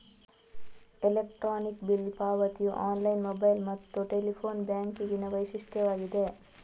electronic bill ಪಾವತಿಯು online, mobile ಮತ್ತು telephone ಬ್ಯಾಂಕಿಂಗಿನ ವೈಶಿಷ್ಟ್ಯವಾಗಿದೆ